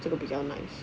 这个比较 nice